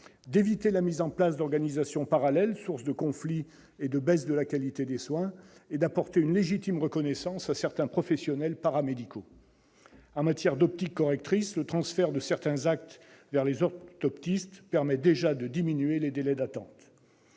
d'éviter la mise en place d'organisations parallèles, sources de conflits et de baisse de la qualité des soins, et d'apporter une légitime reconnaissance à certains professionnels paramédicaux. En matière d'optique correctrice, le transfert de certains actes vers les orthoptistes permet déjà de diminuer les délais d'attente.